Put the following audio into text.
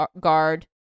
guard